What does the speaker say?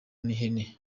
n’ihene